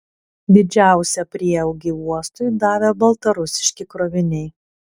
didžiausią prieaugį uostui davė baltarusiški kroviniai